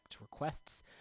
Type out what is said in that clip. requests